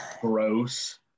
gross